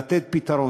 ולתת פתרון,